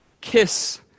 Kiss